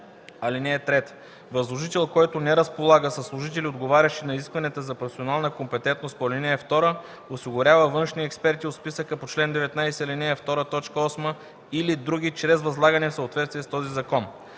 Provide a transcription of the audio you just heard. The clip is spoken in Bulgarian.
трима. (3) Възложител, който не разполага със служители, отговарящи на изискванията за професионална компетентност по ал. 2, осигурява външни експерти от списъка по чл. 19, ал. 2, т. 8 или други чрез възлагане в съответствие с този закон.